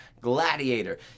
Gladiator